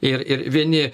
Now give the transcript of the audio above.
ir ir vieni